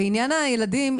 לעניין הילדים,